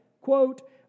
quote